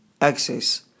access